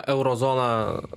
euro zona